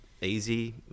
easy